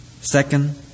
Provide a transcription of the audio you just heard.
Second